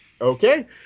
Okay